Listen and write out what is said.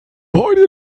heute